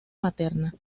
materna